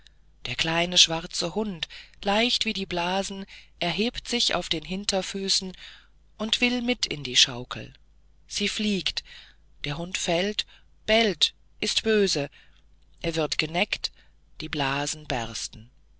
der kleine schwarze hund leicht wie die blasen erhebt sich auf den hinterfüßen und will mit in die schaukel sie fliegt der hund fällt bellt und ist böse er wird geneckt die blasen bersten